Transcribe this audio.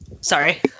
Sorry